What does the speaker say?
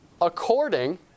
According